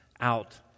out